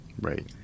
Right